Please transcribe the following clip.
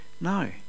no